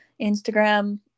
instagram